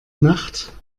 nacht